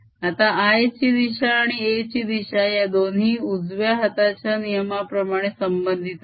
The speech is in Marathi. आता l ची दिशा आणि A ची दिशा या दोन्ही उजव्या हाताच्या नियमाप्रमाणे संबंधित आहेत